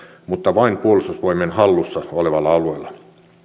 mutta vain puolustusvoimien hallussa olevalla alueella